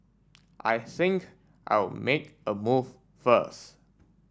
I think I'll make a move first